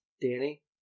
Danny